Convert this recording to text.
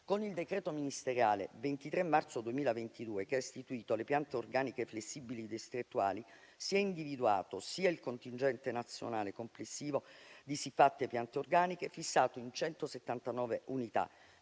Con il decreto ministeriale 23 marzo 2022, che ha istituito le piante organiche flessibili distrettuali, si è individuato, sia il contingente nazionale complessivo di siffatte piante organiche (fissato in 179 unità,